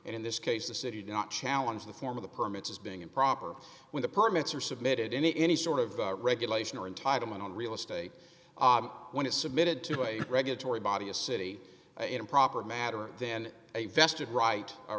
and in this case the city would not challenge the form of the permits as being improper when the permits are submitted in any sort of regulation or entitlement on real estate when is submitted to a regulatory body a city in proper matter then a vested right